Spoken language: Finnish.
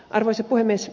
arvoisa puhemies